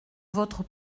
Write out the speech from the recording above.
votre